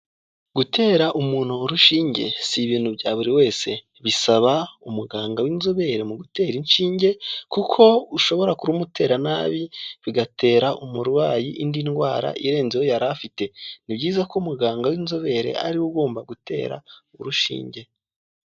Gutera umuntu urushinge si ibintu bya buri wese, bisaba umuganga w'inzobere mu gutera inshinge kuko ushobora kurumumutera nabi bigatera umurwayi indi ndwara irenzeho yari afite, ni byiza ko umuganga w'inzobere ariwe we ugomba gutera urushinge.